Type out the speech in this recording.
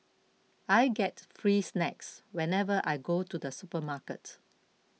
I get free snacks whenever I go to the supermarket